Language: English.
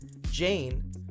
Jane